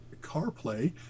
CarPlay